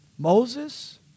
Moses